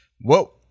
Whoa